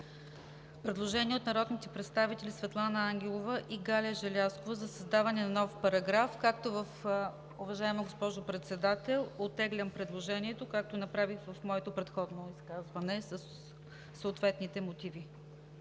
Предложение от народните представители Светлана Ангелова и Галя Желязкова за създаване на нов параграф. Уважаема госпожо Председател, оттеглям предложението, както направих в моето предходно изказване, със съответните мотиви.